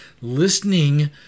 listening